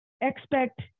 expect